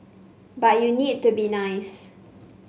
but you need to be nice